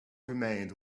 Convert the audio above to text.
remained